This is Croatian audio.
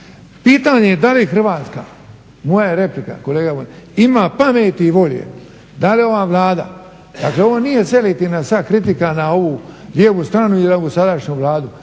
Pitanje je da li Hrvatska, moja replika, ima pameti i volje, da li ova Vlada, dakle ovo nije selektivna sad kritika na ovu lijevu stranu ili ovu sadašnju Vladu,